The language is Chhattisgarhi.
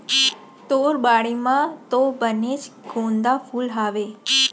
तोर बाड़ी म तो बनेच गोंदा फूल हावय